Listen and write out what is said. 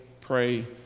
pray